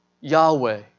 Yahweh